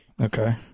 Okay